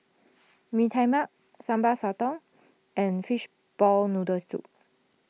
Mee Tai Mak Sambal Sotong and Fishball Noodle Soup